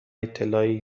اطلاعی